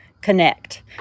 connect